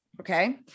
Okay